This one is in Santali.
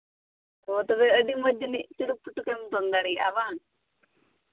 ᱚ ᱛᱚᱵᱮ ᱟᱹᱰᱤ ᱢᱚᱡᱽ ᱪᱩᱲᱩᱠ ᱯᱩᱴᱩᱠ ᱮᱢ ᱫᱚᱱ ᱫᱟᱲᱮᱭᱟᱜᱼᱟ ᱵᱟᱝ